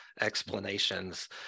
explanations